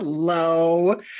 hello